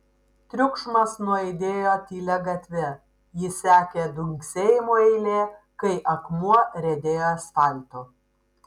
triukšmas nuaidėjo tylia gatve jį sekė dunksėjimų eilė kai akmuo riedėjo asfaltu